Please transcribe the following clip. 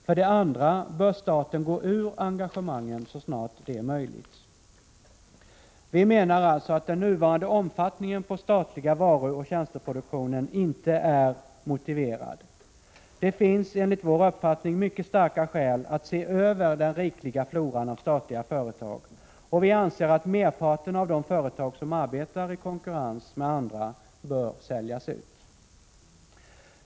För det andra bör staten gå ur engagemangen så snart det är möjligt. Vi menar alltså att den nuvarande omfattningen på den statliga varuoch tjänsteproduktionen inte är motiverad. Det finns enligt vår uppfattning mycket starka skäl att se över den rikliga floran av statliga företag, och vi anser att merparten av de företag som arbetar i konkurrens med andra bör säljas ut.